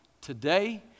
today